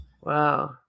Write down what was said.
Wow